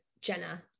jenna